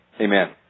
amen